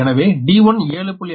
எனவே d1 7